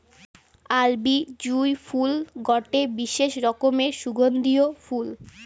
আরবি জুঁই ফুল গটে বিশেষ রকমের সুগন্ধিও ফুল